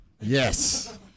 Yes